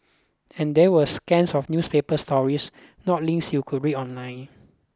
and they were scans of newspaper stories not links you could read online